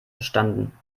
bestanden